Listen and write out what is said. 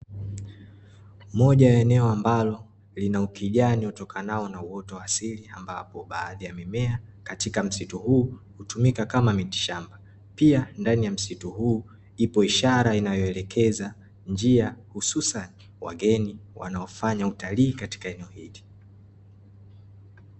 Moja ya eneo ambalo lina ukijani utokanao na uoto wa asili ambapo baadhi ya mimea katika msitu huu hutumika kama miti shamba. Pia ndani ya msitu huu ipo ishara inayoelekeza njia hususani wageni wanaofanya utalii katika eneo hili.